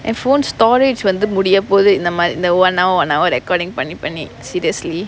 my phone storage வந்து முடியப்போது இந்த மாறி இந்த:vanthu mudiyappothu intha maari intha one hour one hour recording பண்ணி பண்ணி:panni panni seriously